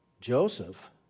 Joseph